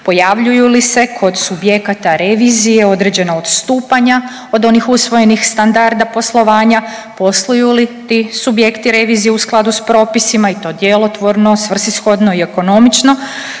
pojavljuju li se kod subjekata revizije određena odstupanja od onih usvojenih standarda poslovanja, posluju li ti subjekti revizije u skladu s propisima i to djelotvorno, svrsishodno i ekonomično